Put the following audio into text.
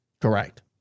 Correct